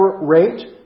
rate